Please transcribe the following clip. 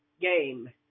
game